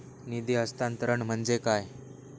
निधी हस्तांतरण म्हणजे काय?